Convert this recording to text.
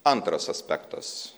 antras aspektas